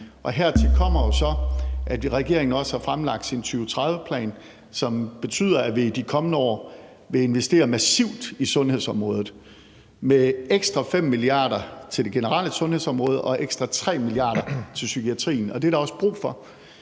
Hertil kommer jo så, at regeringen også har fremlagt sin 2030-plan, som betyder, at vi i de kommende år vil investere massivt i sundhedsområdet med ekstra 5 mia. kr. til det generelle sundhedsområde og ekstra 3 mia. kr. til psykiatrien. Og det er der også brug for.